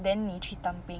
then 你去当兵